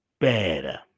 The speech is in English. Better